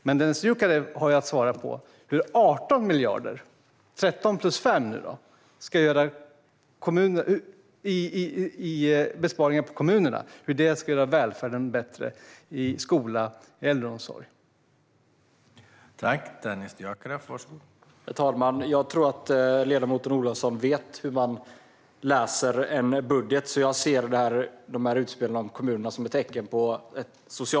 Dennis Dioukarev har att svara på hur 18 miljarder, 13 plus 5, i besparingar på kommunerna ska göra välfärden, skola och äldreomsorg, bättre.